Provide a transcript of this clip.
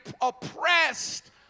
oppressed